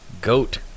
Goat